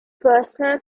personal